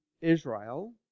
Israel